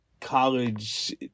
college